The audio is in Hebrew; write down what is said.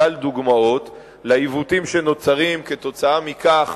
שלל דוגמאות לעיוותים שנוצרים היום כתוצאה מכך